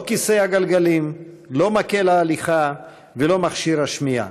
לא כיסא הגלגלים, לא מקל ההליכה ולא מכשיר השמיעה,